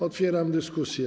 Otwieram dyskusję.